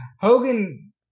Hogan